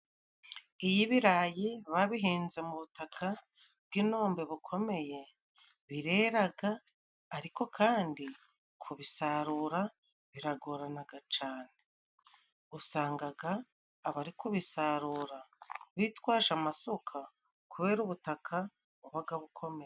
iyo ibirayi babihinze mu butaka bw'inombe bukomeye bireraga ariko kandi kubisarura biragoranaga cane, usangaga abari kubisarura bitwaje amasuka kubera ubutaka bubaga bukomeye.